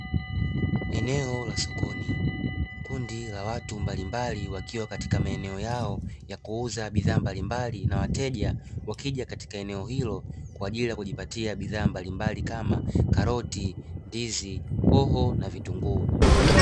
Eneo la sokoni kundi la watu mbalimbali wakiwa katika maeneo yao ya kuuza bidhaa mbalimbali na wateja wakija katika eneo hilo kwa ajili ya kujipatia bidhaa mbalimbali kama karoti, ndizi, hoho na vitunguu.